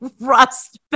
rust